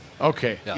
Okay